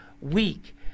weak